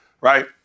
right